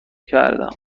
کردم